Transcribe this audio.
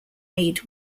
aid